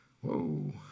Whoa